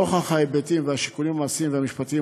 נוכח ההיבטים והשיקולים המעשיים והמשפטיים